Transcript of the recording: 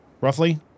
roughly